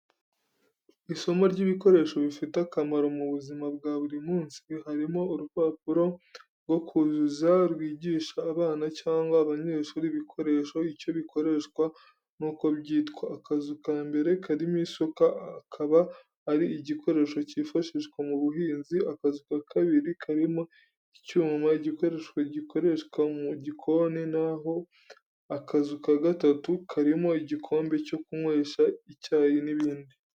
Isomo ry'ibikoresho bifite akamaro mu buzima bwa buri munsi. Hariho urupapuro rwo kuzuza rwigisha abana cyangwa abanyeshuri ibikoresho, icyo bikoreshwa n'icyo byitwa. Akazu kambere karimo isuka, akaba ari igikoresho cyifashishwa mu buhinzi, akazu ka kabiri karimo icyuma, igikoresho gikoreshwa mu gikoni na ho akazu ka gatatu karimo igikombe cyo kunywesha icyayi n'ibindi.